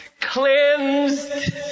cleansed